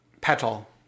petal